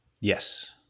Yes